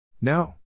No